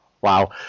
Wow